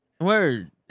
Word